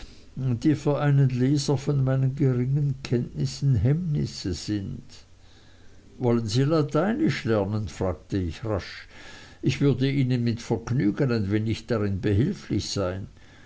die für einen leser von meinen geringen kenntnissen hemmnisse sind wollen sie lateinisch lernen fragte ich rasch ich würde ihnen mit vergnügen ein wenig darin behilflich sein